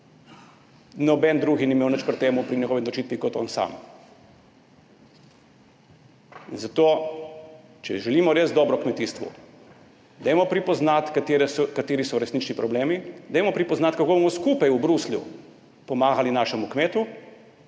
Noben drug ni imel nič pri njegovi odločitvi, kot on sam. In zato, če želimo res dobro kmetijstvu, dajmo prepoznati, kateri so resnični problemi, dajmo prepoznati, kako bomo skupaj v Bruslju pomagali našemu kmetu.